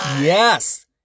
Yes